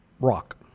rock